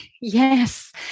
Yes